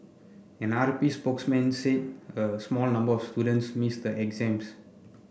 an R P spokesman said a small number of students missed the exams